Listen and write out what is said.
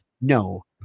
no